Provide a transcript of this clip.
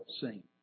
seen